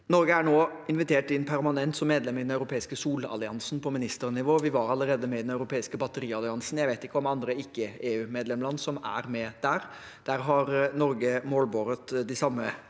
Norge er nå invitert inn som permanent medlem i den europeiske solalliansen på ministernivå, og vi var allerede med i den europeiske batterialliansen. Jeg vet ikke om andre ikke-EU-medlemsland som er med der. Der har Norge målbåret de samme